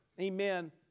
amen